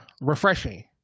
refreshing